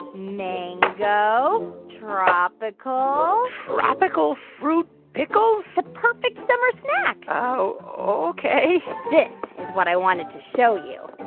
mango, tropical tropical fruit pickles the perfect summer snack oh, ok this is what i wanted to show you.